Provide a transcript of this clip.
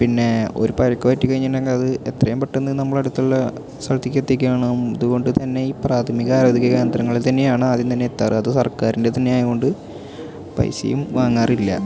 പിന്നെ ഒരു പരിക്ക് പറ്റി കഴിഞ്ഞിട്ടുണ്ടെങ്കിൽ അത് എത്രയും പെട്ടന്ന് നമ്മുടെ അടുത്തുള്ള സ്ഥലത്തേക്ക് എത്തിക്കുകയാണ് അതുകൊണ്ട് തന്നെ ഈ പ്രാഥമിക ആരോഗ്യകേന്ദ്രങ്ങളിൽ തന്നെയാണ് ആദ്യം തന്നെ എത്താറ് അത് സർക്കാരിൻ്റെ തന്നെ ആയത് കൊണ്ട് പൈസയും വാങ്ങാറില്ല